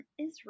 Israel